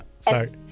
Sorry